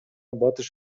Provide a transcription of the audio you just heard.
батыш